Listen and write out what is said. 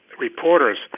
reporters